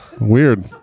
Weird